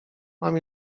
mam